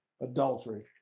adultery